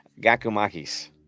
gakumakis